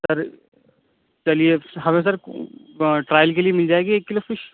سر چلیے ہمیں sir trial کے لیے مل جائے گی ایک کلو فش